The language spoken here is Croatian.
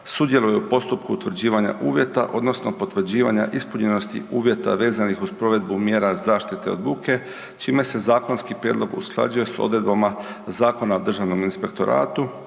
sudjeluje u postupku utvrđivanja uvjeta odnosno potvrđivanja ispunjenosti vezanih uz provedbu mjera zaštite od buke čime se zakonski prijedlog usklađuje s odredbama Zakona o Državnom inspektoratu.